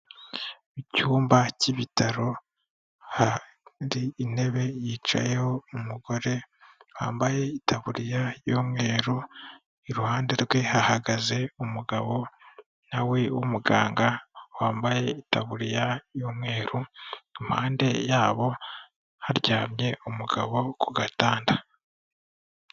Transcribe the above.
Mu cyumba cy'ibitaro ahandi intebe yicayeho umugore wambaye itaburiya y'umweru, iruhande rwe hahagaze umugabo nawe w'umuganga wambaye itaburiya y'umweru, impande yabo haryamye umugabo ku gatanda.